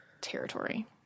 territory